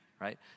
right